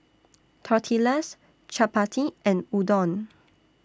Tortillas Chapati and Udon